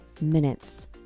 minutes